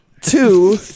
two